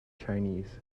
chinese